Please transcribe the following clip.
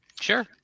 Sure